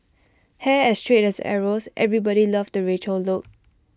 hair as straight as arrows everybody loved the Rachel look